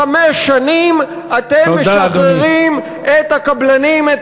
חמש שנים אתם משחררים את הקבלנים, תודה, אדוני.